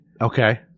Okay